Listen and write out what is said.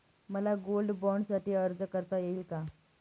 मला गोल्ड बाँडसाठी अर्ज करता येईल का?